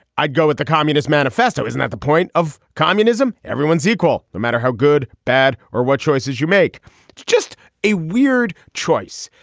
i'd go with the communist manifesto isn't that the point of communism everyone's equal no matter how good bad or what choices you make. it's just a weird choice.